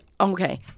okay